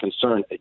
concern